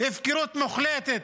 הפקרות מוחלטת.